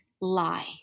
lie